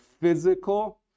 physical